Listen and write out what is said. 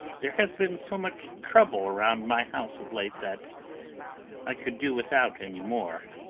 there has been so much trouble around my house of late that i could do without any more.